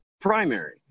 primary